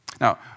Now